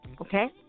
Okay